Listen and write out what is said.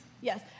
yes